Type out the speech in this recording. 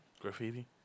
Graffiti